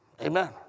Amen